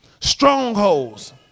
Strongholds